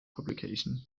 publication